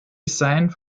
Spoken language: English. signed